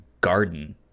garden